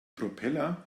propeller